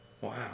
Wow